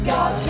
God